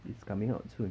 it's coming out soon